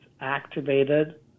activated